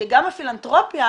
שגם הפילנתרופיה